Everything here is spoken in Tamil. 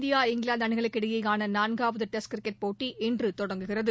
இந்தியா இங்கிலாந்து அணிகளுக்கிடையேயான நான்காவது டெஸ்ட் கிரிக்கெட் போட்டி இன்று தொடங்குகிறது